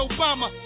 Obama